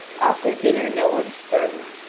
after dinner no one stirs,